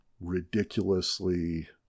ridiculously